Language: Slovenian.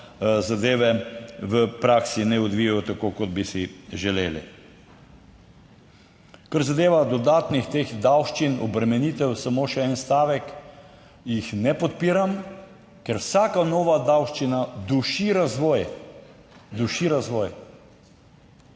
zadeve v praksi ne odvijajo tako kot bi si želeli. Kar zadeva dodatnih teh davščin obremenitev, samo še en stavek, jih ne podpiram, ker vsaka nova davščina duši razvoj, duši razvoj.